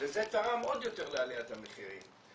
וזה תרם עוד יותר לעליית המחירים.